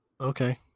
Okay